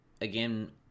again